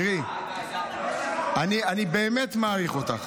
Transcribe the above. זרקת רעיון.